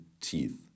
teeth